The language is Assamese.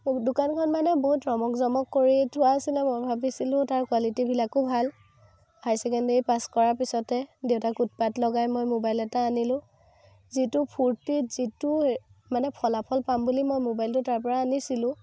দোকানখন মানে বহুত ৰমক জমক কৰি থোৱা আছিলে মই ভাবিছিলোঁ তাৰ কোৱালিটীবিলাকো ভাল হাইছেকেণ্ডেৰী পাছ কৰাৰ পাছতে দেউতাক উৎপাত লগাই মই মোবাইল এটা আনিলোঁ যিটো ফূৰ্তিত যিটো মানে ফলাফল পাম বুলি মই মোৱাইলটো তাৰ পৰা আনিছিলোঁ